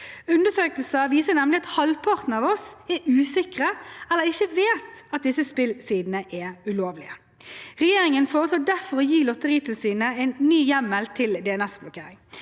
Undersøkelser viser nemlig at halvparten av oss er usikre eller ikke vet at disse spillsidene er ulovlige. Regjeringen foreslår derfor å gi Lotteritilsynet en ny hjemmel til DNS-blokkering.